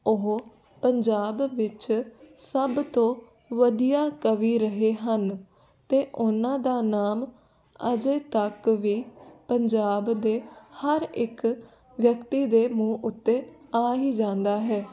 ਉਹ ਪੰਜਾਬ ਵਿੱਚ ਸਭ ਤੋਂ ਵਧੀਆ ਕਵੀ ਰਹੇ ਹਨ ਅਤੇ ਉਹਨਾਂ ਦਾ ਨਾਮ ਅਜੇ ਤੱਕ ਵੀ ਪੰਜਾਬ ਦੇ ਹਰ ਇੱਕ ਵਿਅਕਤੀ ਦੇ ਮੂੰਹ ਉੱਤੇ ਆ ਹੀ ਜਾਂਦਾ ਹੈ